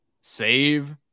Save